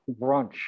brunch